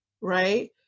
right